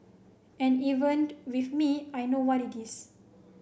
and evened with me I know what it is